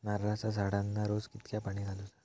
नारळाचा झाडांना रोज कितक्या पाणी घालुचा?